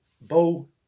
bow